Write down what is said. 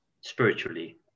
spiritually